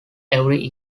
every